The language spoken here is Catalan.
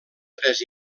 tres